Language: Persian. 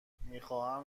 میخواهم